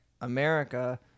America